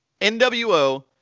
NWO